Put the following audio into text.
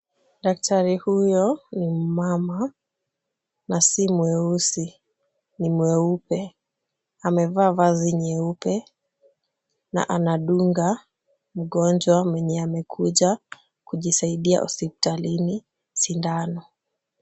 Daktari huyo ni mmama na si mweusi ni mweupe. Amevaa vazi nyeupe na anadunga mgonjwa mwenye amekuja kujisaidia hospitalini sindano.